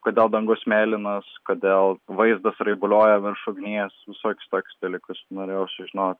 kodėl dangus mėlynas kodėl vaizdas raibuliuoja virš ugnies visokius tokius dalykus norėjau sužinot